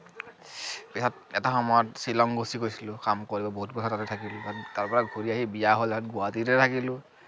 পিহত এটা সময়ত শ্বিলং গুচি গৈছিলো কাম কৰি বহুত বছৰ তাতে থাকিলো তাৰ পৰা ঘূৰি আহি বিয়া হ'ল তাহত গুৱাহাটীতে থাকিলো